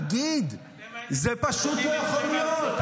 תגיד, זה פשוט לא יכול להיות.